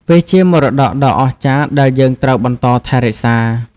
វាជាមរតកដ៏អស្ចារ្យដែលយើងត្រូវបន្តថែរក្សា។